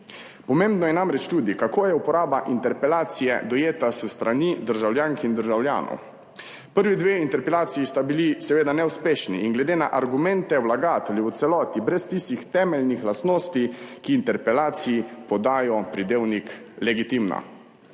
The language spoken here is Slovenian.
Pomembno je namreč tudi, kako je uporaba interpelacije dojeta s strani državljank in državljanov. Prvi dve interpelaciji sta bili seveda neuspešni in glede na argumente vlagateljev v celoti brez tistih temeljnih lastnosti, ki interpelaciji podajo pridevnik legitimna.